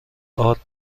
ارد